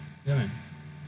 ya man